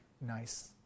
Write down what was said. nice